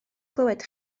clywed